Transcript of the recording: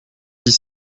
dix